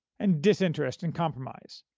and disinterest in compromise.